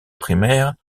primaires